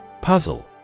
Puzzle